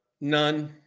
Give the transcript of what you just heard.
None